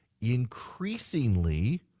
Increasingly